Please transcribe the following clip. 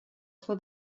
for